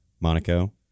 monaco